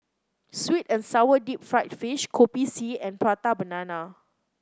sweet and sour Deep Fried Fish Kopi C and Prata Banana